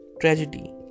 tragedy